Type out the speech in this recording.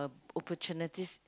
opportunities